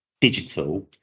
digital